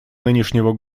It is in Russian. нынешнего